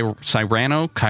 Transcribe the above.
Cyrano